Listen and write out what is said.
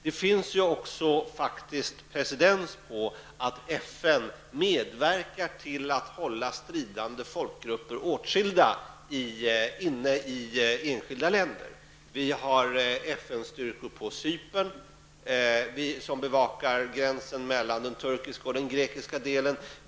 Det finns faktiskt också precedens på att FN medverkar till att hålla stridande folkgrupper åtskilda i enskilda länder. Det finns FN-styrkor på Cypern som bevakar gränsen mellan den turkiska och den grekiska delen.